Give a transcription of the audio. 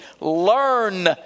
learn